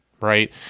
right